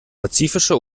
pazifische